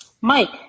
Mike